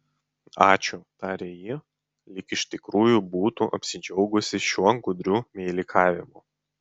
ačiū tarė ji lyg iš tikrųjų būtų apsidžiaugusi šiuo gudriu meilikavimu